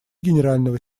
генерального